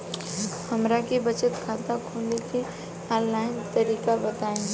हमरा के बचत खाता खोले के आन लाइन तरीका बताईं?